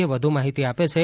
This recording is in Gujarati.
આ અંગે વધુ માહિતી આપે છે